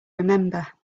remember